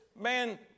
man